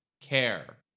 care